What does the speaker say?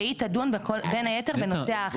שהיא תדון בין היתר בנושא האכיפה.